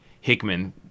Hickman